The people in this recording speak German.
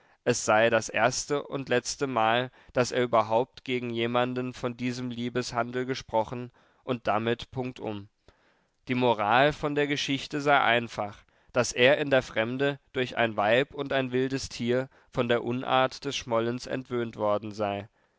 es sei das erste und letzte mal daß er überhaupt gegen jemanden von diesem liebeshandel gesprochen und damit punktum die moral von der geschichte sei einfach daß er in der fremde durch ein weib und ein wildes tier von der unart des schmollens entwöhnt worden sei